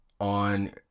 on